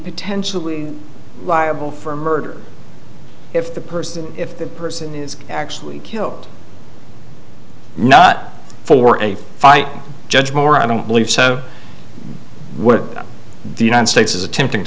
potentially liable for murder if the person if that person is actually killed not for a fight judge moore i don't believe so what the united states is attempting